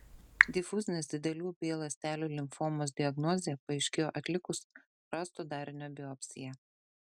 difuzinės didelių b ląstelių limfomos diagnozė paaiškėjo atlikus rasto darinio biopsiją